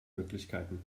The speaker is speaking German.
möglichkeiten